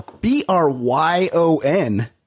B-R-Y-O-N